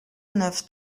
neuf